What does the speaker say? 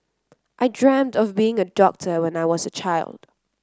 I dreamt of being a doctor when I was a child